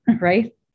right